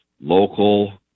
local